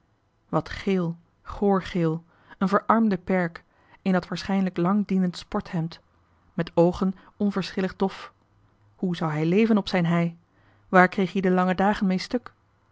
geel goor geel een verarmde perk in dat waarschijnlijk lang dienende sporthemd met oogen onverschillig dof hoe zou hij leven op zijn hei waar kreeg ie de lange dagen mee stuk